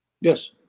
Yes